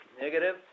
negative